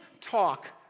talk